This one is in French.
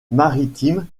maritimes